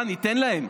אני איתך, ניתן להם.